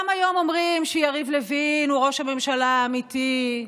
גם היום אומרים שיריב לוין הוא ראש הממשלה האמיתי,